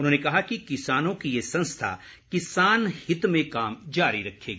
उन्होंने कहा कि किसानों की ये संस्था किसान हित में काम जारी रखेगी